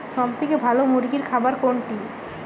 সবথেকে ভালো মুরগির খাবার কোনটি?